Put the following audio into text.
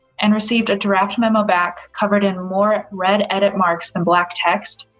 and received a draft memo back covered in more red edit marks than black text,